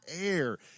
air